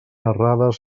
errades